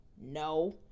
No